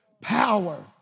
power